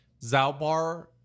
Zalbar